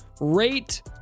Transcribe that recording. rate